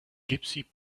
gypsy